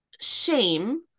shame